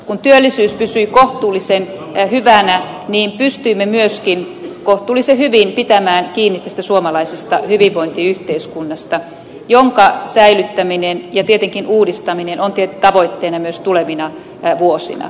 kun työllisyys pysyi kohtuullisen hyvänä pystyimme myöskin kohtuullisen hyvin pitämään kiinni tästä suomalaisesta hyvinvointiyhteiskunnasta jonka säilyttäminen ja tietenkin uudistaminen on tavoitteena myös tulevina vuosina